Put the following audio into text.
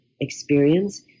experience